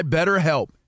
BetterHelp